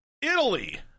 Italy